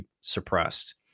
suppressed